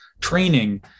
training